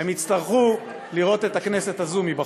הם יצטרכו לראות את הכנסת הזו מבחוץ.